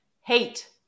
Hate